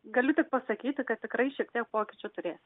galiu tik pasakyti kad tikrai šiek tiek pokyčių turėsim